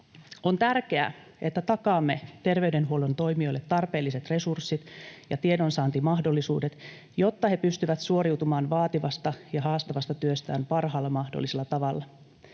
On tärkeää, että takaamme terveydenhuollon toimijoille tarpeelliset resurssit ja tiedonsaantimahdollisuudet, jotta he pystyvät suoriutumaan vaativasta ja haastavasta työstään parhaalla mahdollisella tavalla.